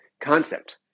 concept